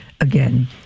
again